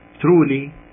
truly